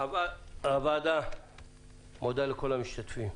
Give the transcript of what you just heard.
הוועדה מודה לכל המשתתפים,